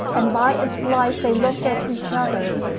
and by its light they looked at each other,